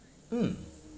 mm